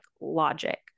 logic